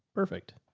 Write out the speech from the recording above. perfect